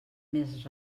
més